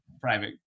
private